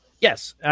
Yes